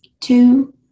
two